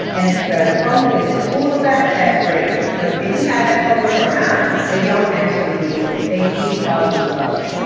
and if chromebook is a tool of that, that's great. but if you have that chromebook or not, they don't actually need it. they need quality instruction.